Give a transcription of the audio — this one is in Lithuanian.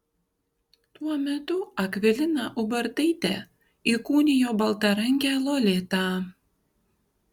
tuo metu akvilina ubartaitė įkūnijo baltarankę lolitą